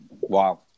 Wow